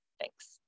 Thanks